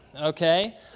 okay